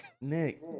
Nick